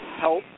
help